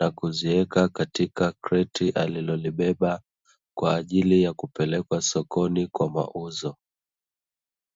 na kuziweka katika kreti alilolibeba kwa ajili ya kupelekwa sokoni kwa mauzo.